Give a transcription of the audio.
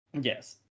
Yes